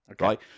Right